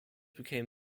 became